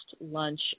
lunch